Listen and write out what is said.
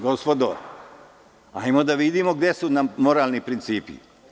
Gospodo, hajmo da vidimo gde su nam moralni principi.